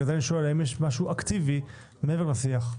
ובגלל זה אני שואל האם יש משהו אקטיבי מעבר לשיח?